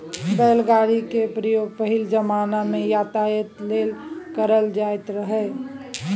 बैलगाड़ी केर प्रयोग पहिल जमाना मे यातायात लेल कएल जाएत रहय